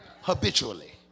habitually